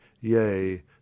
yea